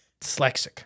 Dyslexic